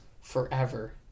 forever